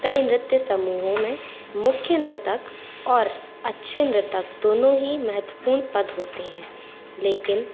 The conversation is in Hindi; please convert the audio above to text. कई नृत्य समूहों में मुख्य नृतक और अच्छे नृतक दोनों ही महत्वपूर्ण पद होते हैं लेकिन